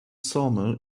sawmill